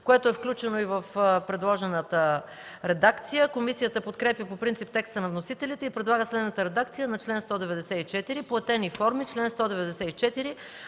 което е включено и в предложената редакция. Комисията подкрепя по принцип текста на вносителите и предлага следната редакция на чл. 194: „Платени форми Чл. 194.